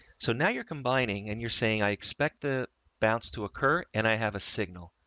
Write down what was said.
so now you're combining, and you're saying, i expect the bounce to occur, and i have a signal.